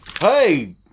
Hey